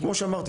כמו שאמרתי,